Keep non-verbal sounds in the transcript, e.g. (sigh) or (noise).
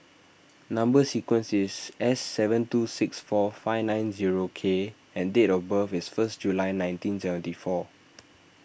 Number Sequence is S seven two six four five nine zero K and date of birth is first July nineteen seventy four (noise)